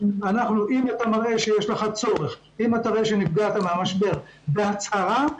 אם אתה מראה שיש לך צורך ונפגעת מהמשבר בהצהרה,